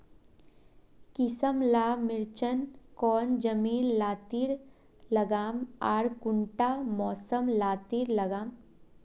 किसम ला मिर्चन कौन जमीन लात्तिर लगाम आर कुंटा मौसम लात्तिर लगाम?